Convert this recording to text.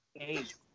Age